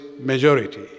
majority